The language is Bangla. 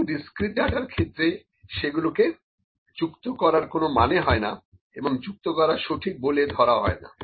কিন্তু ডিসক্রিট ডাটার ক্ষেত্রে সেগুলোকে যুক্ত করার কোনো মানে হয় না এবং যুক্ত করা সঠিক বলে ধরা হয় না